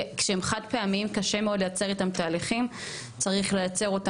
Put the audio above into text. כי כשהם חד פעמיים קשה מאוד לייצר איתם תהליכים.